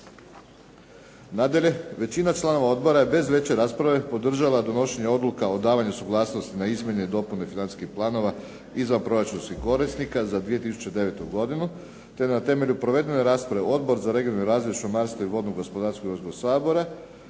Nadalje, većina članova odbora je bez veće rasprave podržala donošenje odluka o davanju suglasnosti na izmjene i dopune financijskih planova izvan proračunskih korisnika za 2009. godinu, te na temelju provedene rasprave Odbor za regionalni razvoj, šumarstvo i vodno gospodarstvo Hrvatskog sabora